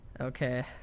Okay